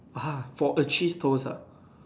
!wah! for a cheese toast ah